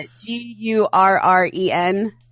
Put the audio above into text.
g-u-r-r-e-n